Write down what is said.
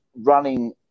running